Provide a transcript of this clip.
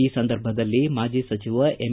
ಈ ಸಂದರ್ಭದಲ್ಲಿ ಮಾಜಿ ಸಚಿವ ಎಂ